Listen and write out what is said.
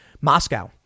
Moscow